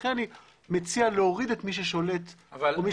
לכן אני מציע להוריד את מי ששולט, או מי